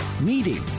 meeting